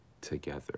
together